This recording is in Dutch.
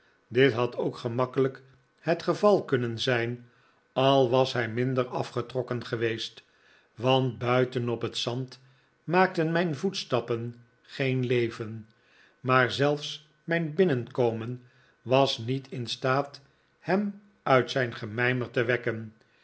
dit had ook gemakkelijk het geval kunnen zijn al was hij minder afgetrokken geweest want buiten op het zand maakten mijn voetstappen geen leven maar zelfs mijn binnenkomen was niet in staat hem uit zijn gemijmer te wekken